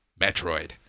Metroid